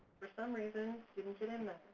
for some reason, didn't get in there.